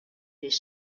des